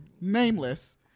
nameless